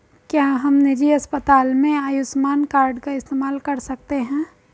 क्या हम निजी अस्पताल में आयुष्मान कार्ड का इस्तेमाल कर सकते हैं?